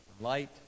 light